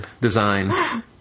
design